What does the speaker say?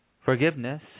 forgiveness